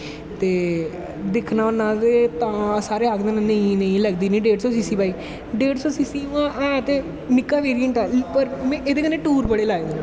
ते दिखदा होंनां ते तां ना ना लगदी नी डोढ़ सौ सी सी बाईक डेढ़ सौ सी सी है ते निक्का विरियंट ऐ पर में एह्दै कन्नै टूर बड़े लाए दे नै